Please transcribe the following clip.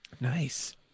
Nice